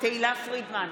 תהלה פרידמן,